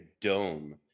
dome